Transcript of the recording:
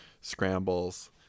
scrambles